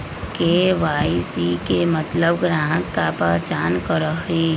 KYC के मतलब ग्राहक का पहचान करहई?